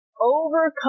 overcome